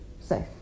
safe